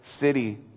city